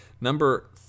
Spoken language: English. Number